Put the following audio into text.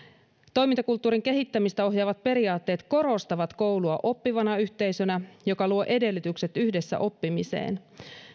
toimintakulttuurin kehittämistä ohjaavat periaatteet korostavat koulua oppivana yhteisönä joka luo edellytykset yhdessä oppimiseen